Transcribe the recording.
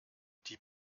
die